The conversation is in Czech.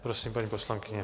Prosím, paní poslankyně.